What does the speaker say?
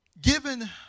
given